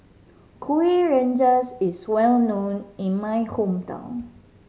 Kuih Rengas is well known in my hometown